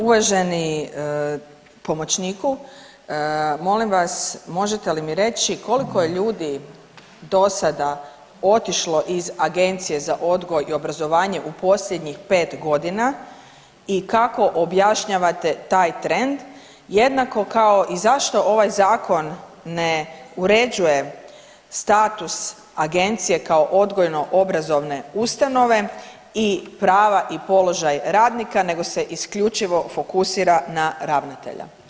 Uvaženi pomoćniku, molim vas možete li mi reći koliko je ljudi do sada otišlo iz Agencije za odgoj i obrazovanje u posljednjih pet godina i kako objašnjavate taj trend jednako kao i zašto ovaj zakon ne uređuje status agencije kao odgojno-obrazovne ustanove i prava i položaj radnika, nego se isključivo fokusira na ravnatelja?